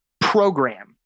program